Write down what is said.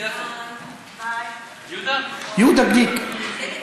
חבר הכנסת יהודה גליק,